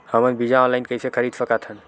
हमन बीजा ऑनलाइन कइसे खरीद सकथन?